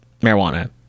marijuana